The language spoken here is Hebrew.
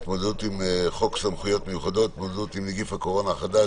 הצעת חוק סמכויות מיוחדות להתמודדות עם נגיף הקורונה החדש